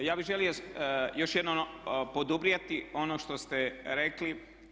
Ja bih želio još jednom poduprijeti ono što ste rekli.